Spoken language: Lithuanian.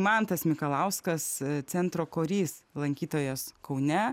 mantas mikalauskas centro korys lankytojas kaune